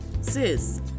sis